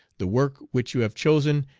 the work which you have chosen,